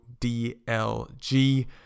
DLG